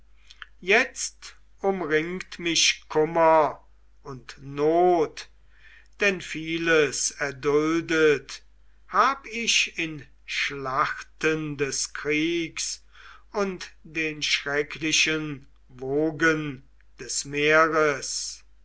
jetzt umringt mich kummer und not denn vieles erduldet hab ich in schlachten des kriegs und den schrecklichen wogen des meeres